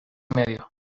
medio